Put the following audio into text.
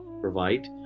provide